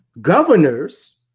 governors